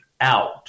out